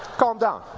calm down.